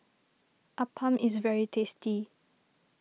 Appam is very tasty